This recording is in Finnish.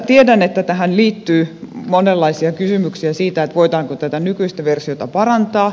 tiedän että tähän liittyy monenlaisia kysymyksiä siitä voidaanko tätä nykyistä versiota parantaa